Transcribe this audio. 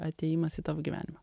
atėjimas į tavo gyvenimą